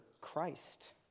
Christ